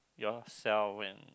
yourself and